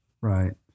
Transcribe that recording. Right